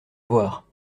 voir